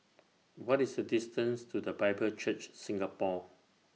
What IS The distance to The Bible Church Singapore